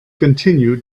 continue